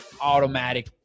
automatic